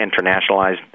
internationalized